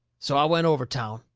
so i went over town.